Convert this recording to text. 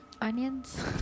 Onions